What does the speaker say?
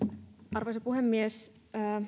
arvoisa puhemies